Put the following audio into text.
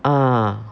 ah